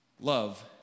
Love